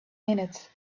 minutes